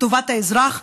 טובת האזרח,